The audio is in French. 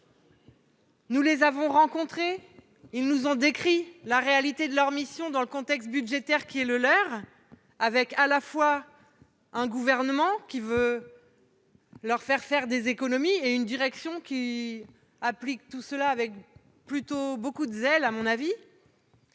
Nous les avons rencontrés : ils nous ont décrit la réalité de leurs missions dans le contexte budgétaire qui est le leur, avec à la fois un gouvernement qui demande des économies et une direction qui applique les mesures plutôt avec zèle, à mon avis.